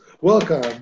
welcome